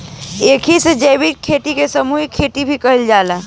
एही से जैविक खेती के सामूहिक खेती भी कहल जाला